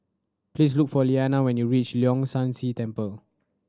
please look for Lillianna when you reach Leong San See Temple